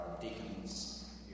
deacons